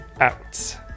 out